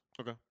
Okay